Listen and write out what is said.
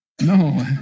no